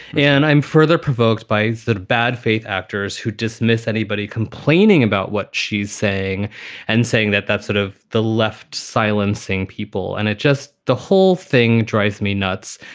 and i am further provoked by that bad faith actors who dismiss anybody complaining about what she's saying and saying that that's sort of the left silencing people. and it just the whole thing drives me nuts.